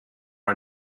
our